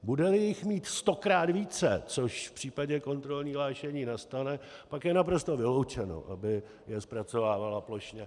Budeli jich mít stokrát více, což v případě kontrolního hlášení nastane, pak je naprosto vyloučené, aby je zpracovávala plošně.